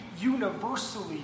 universally